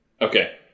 Okay